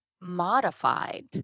modified